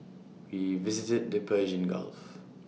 we visited the Persian gulf